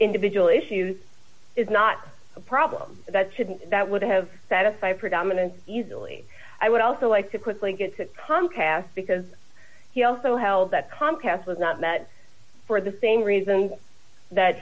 individual issues is not a problem that shouldn't that would have satisfied predominance easily i would also like to quickly gets at comcast because he also held that comcast was not met for the same reasons that